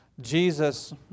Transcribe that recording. Jesus